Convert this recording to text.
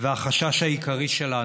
והחשש העיקרי שלנו,